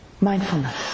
mindfulness